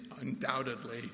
undoubtedly